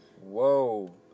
Whoa